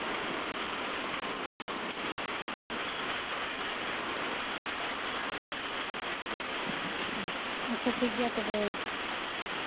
ᱟᱪᱪᱷᱟ ᱴᱷᱤᱠᱜᱮᱭᱟ ᱛᱚᱵᱮ